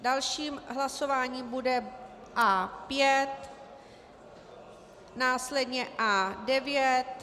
Dalším hlasováním bude A5, následně A9.